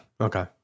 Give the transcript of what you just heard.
Okay